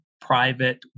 private